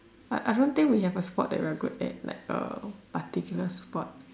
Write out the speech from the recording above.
but I don't think we have a sport that we are good at like a particular sport